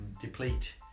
deplete